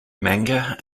manga